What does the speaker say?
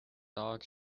dog